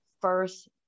first